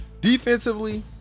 Defensively